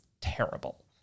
terrible